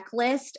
checklist